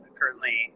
currently